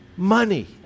Money